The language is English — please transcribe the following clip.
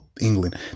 England